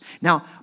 Now